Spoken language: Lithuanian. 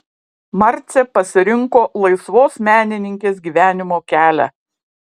marcė pasirinko laisvos menininkės gyvenimo kelią